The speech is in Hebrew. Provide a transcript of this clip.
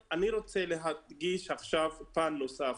אני רוצה להדגיש עכשיו פן נוסף,